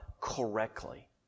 correctly